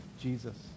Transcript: Jesus